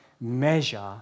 measure